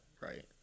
right